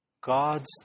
God's